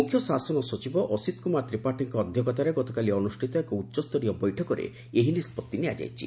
ମୁଖ୍ୟ ଶାସନ ସଚିବ ଅସୀତ କୁମାର ତ୍ରିପାଠୀଙ୍କ ଅଧ୍ଧକ୍ଷତାରେ ଗତକାଲି ଅନୁଷିତ ଏକ ଉଚ୍ଚସ୍ତରୀୟ ବୈଠକରେ ଏହି ନିଷ୍ବର୍ତି ନିଆଯାଇଛି